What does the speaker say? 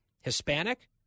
Hispanic